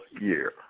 year